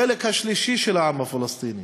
החלק השלישי של העם הפלסטיני